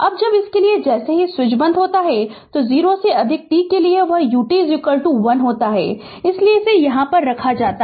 अब जब इसके लिए जैसे ही स्विच बंद होता है तो 0 से अधिक t के लिए वह ut 1 होता है इसलिए इसे यहाँ रखा जाता है